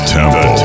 Temple